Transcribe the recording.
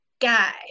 guy